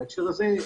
בהקשר הזה,